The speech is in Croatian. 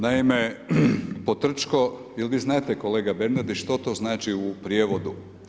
Naime, potrčko, jel vi znate kolega Bernardić što to znači u prijevodu?